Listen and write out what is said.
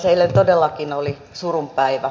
eilen todellakin oli surun päivä